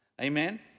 Amen